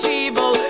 evil